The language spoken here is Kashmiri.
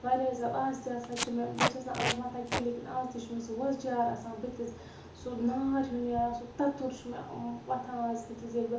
واریاہ زیادٕ آز تہِ ہَسا چھُ مےٚ بہٕ چھیٚس نہٕ آز مَتھان کیٚنٛہہ لیکِن آز تہِ چھُ مےٚ سُہ وۄزٕجار آسان بُتھِس سُہ نار ہیٛو نیران سُہ تتُر چھُ مےٚ وۄتھان آز بُتھِس ییٚلہِ بہٕ